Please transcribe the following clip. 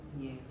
Yes